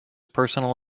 personal